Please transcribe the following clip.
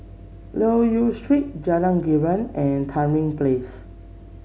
Loke Yew Street Jalan Girang and Tamarind Place